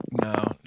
No